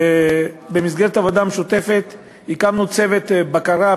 ובמסגרת עבודה משותפת הקמנו צוות בקרה,